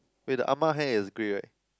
wait the ah ma hair is grey right